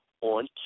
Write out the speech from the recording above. on